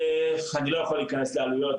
אני לא יכול להיכנס לעלויות,